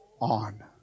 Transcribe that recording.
on